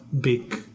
big